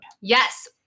Yes